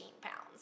pounds